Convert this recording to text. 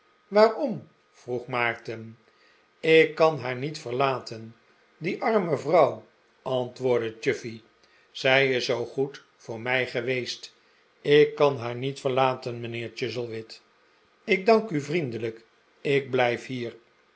waarom vroeg maarten ik kan haar niet verlaten die arme vrouw antwoordde chuffey zij is zoo gqed voor mij geweest ik kan haar niet verlaten mijnheer chuzzlewit ik dank u vriendelijk ik blijf hier